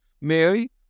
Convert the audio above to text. Mary